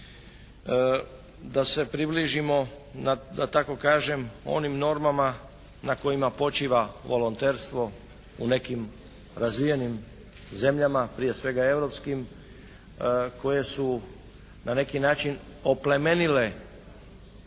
da se približimo da tako kažem onim normama na kojima počiva volontersko u nekim razvijenim zemljama, prije svega europskim koje su na neki način oplemenile